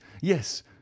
yes